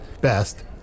Best